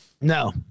no